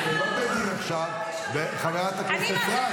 זה לא בית דין עכשיו, חברת הכנסת אפרת.